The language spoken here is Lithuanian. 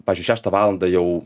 pavyzdžiui šeštą valandą jau